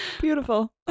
beautiful